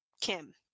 Kim